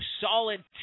solid